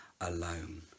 alone